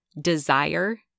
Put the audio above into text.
desire